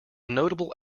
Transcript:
notable